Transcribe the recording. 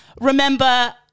remember